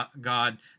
God